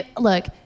look